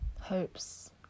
Hopes